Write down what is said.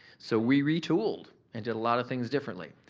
so, we retooled and did a lot of things differently.